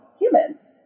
humans